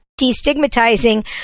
destigmatizing